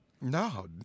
No